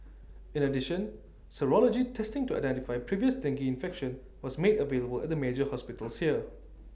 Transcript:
in addition serology testing to identify previous dengue infection was made available at the major hospitals here